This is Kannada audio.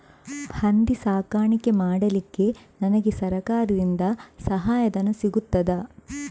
ಹಂದಿ ಸಾಕಾಣಿಕೆ ಮಾಡಲಿಕ್ಕೆ ನನಗೆ ಸರಕಾರದಿಂದ ಸಹಾಯಧನ ಸಿಗುತ್ತದಾ?